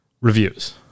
reviews